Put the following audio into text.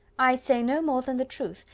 i say no more than the truth,